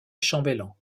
chambellan